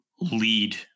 lead